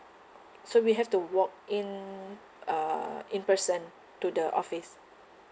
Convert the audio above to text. so we have to walk in uh in person to the office